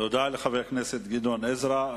תודה לחבר הכנסת גדעון עזרא.